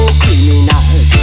criminal